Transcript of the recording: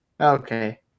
Okay